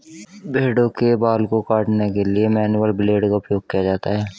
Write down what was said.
भेड़ों के बाल को काटने के लिए मैनुअल ब्लेड का उपयोग किया जाता है